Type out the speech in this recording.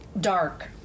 Dark